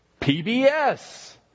PBS